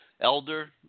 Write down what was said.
Elder